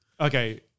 Okay